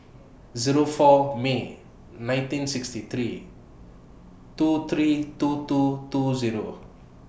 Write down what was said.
Zero four May nineteen sixty three two three two two two Zero